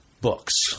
books